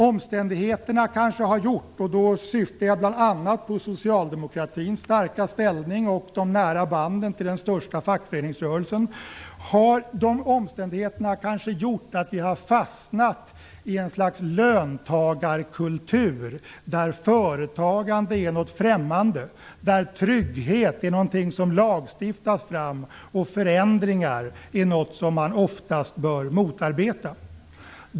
Omständigheterna - jag syftar då bl.a. på socialdemokratins starka ställning och de nära banden till den största fackföreningsrörelsen - kanske har gjort att vi har fastnat i ett slags löntagarkultur, där företagande är något främmande, där trygghet är något som lagstiftas fram och där förändringar är något som man oftast bör motarbeta.